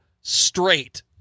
straight